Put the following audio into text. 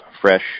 fresh